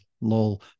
LOL